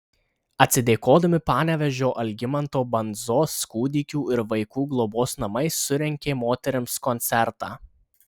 atsidėkodami panevėžio algimanto bandzos kūdikių ir vaikų globos namai surengė moterims koncertą